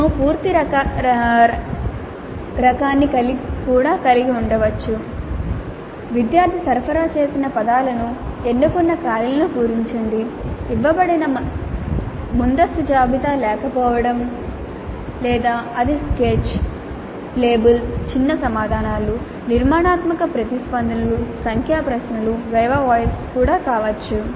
మేము పూర్తి రకాన్ని కూడా కలిగి ఉండవచ్చు విద్యార్థి సరఫరా చేసిన పదాలను ఎన్నుకున్న ఖాళీలను పూరించండి ఇవ్వబడిన ముందస్తు జాబితా లేకపోవడం లేదా అది స్కెచ్ లేబుల్ చిన్న సమాధానాలు నిర్మాణాత్మక ప్రతిస్పందనలు సంఖ్యా ప్రశ్నలు వివా వోస్ కూడా కావచ్చు